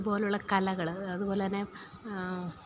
അതുപോലുള്ള കലകൾ അതുപോലെത്തന്നെ